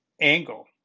angle